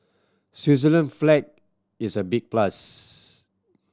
Switzerland flag is a big plus